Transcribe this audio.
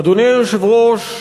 אדוני היושב-ראש,